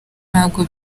ntabwo